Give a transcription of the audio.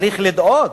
צריך לדאוג